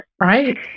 Right